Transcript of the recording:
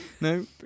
No